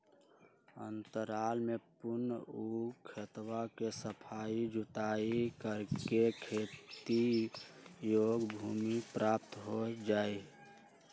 अंतराल में पुनः ऊ खेतवा के सफाई जुताई करके खेती योग्य भूमि प्राप्त हो जाहई